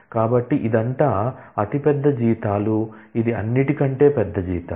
కాబట్టి ఇదంతా అతి పెద్ద జీతాలు ఇది అన్నిటికంటే పెద్ద జీతాలు